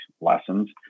lessons